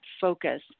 focus